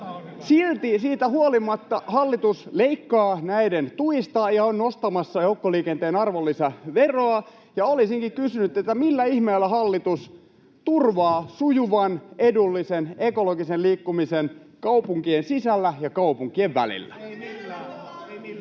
Silti, siitä huolimatta, hallitus leikkaa näiden tuista ja on nostamassa joukkoliikenteen arvonlisäveroa. Olisinkin kysynyt: millä ihmeellä hallitus turvaa sujuvan, edullisen, ekologisen liikkumisen kaupunkien sisällä ja kaupunkien välillä?